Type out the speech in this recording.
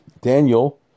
Daniel